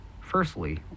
Firstly